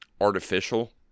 artificial